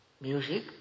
Music